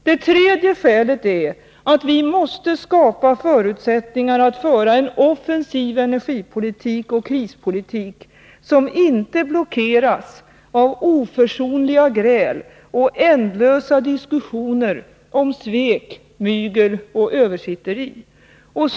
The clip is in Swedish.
Det tredje skälet är att vi måste skapa förutsättningar att föra en offensiv energipolitik och krispolitik som inte blockeras av oförsonliga gräl och ändlösa diskussioner om svek, mygel och översitteri.